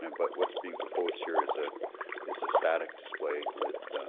and but what's being proposed here is a is a static display with